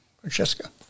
Francesca